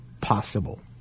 possible